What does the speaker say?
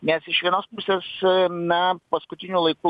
nes iš vienos pusės na paskutiniu laiku